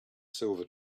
silver